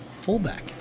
fullback